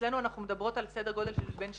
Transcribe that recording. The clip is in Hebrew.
אצלנו אנחנו מדברות על סדר גודל של בין שליש,